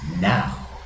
Now